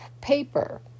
paper